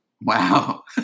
Wow